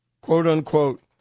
quote-unquote